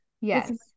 Yes